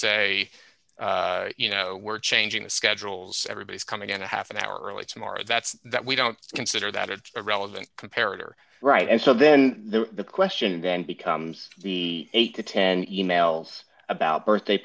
say you know we're changing the schedules everybody's coming in a half an hour early tomorrow that's that we don't consider that it's a relevant comparative or right and so then the question then becomes the eight to ten e mails about birthday